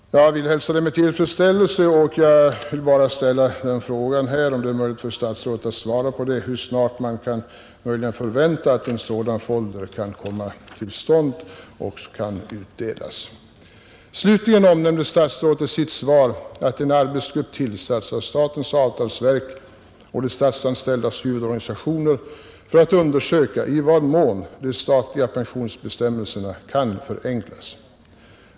Slutligen omnämner statsrådet i sitt svar att en arbetsgrupp tillsatts av statens avtalsverk och de statsanställdas huvudorganisationer för att undersöka i vad mån de statliga pensionsbestämmelserna kan förenklas.